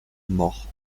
mort